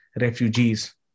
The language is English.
refugees